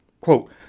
Quote